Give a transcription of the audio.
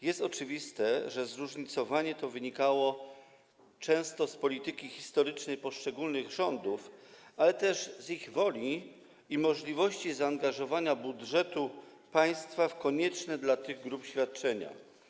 Jest oczywiste, że zróżnicowanie to często wynikało z polityki historycznej poszczególnych rządów, ale też z ich woli i możliwości zaangażowania budżetu państwa w kwestię koniecznych dla tych grup świadczeń.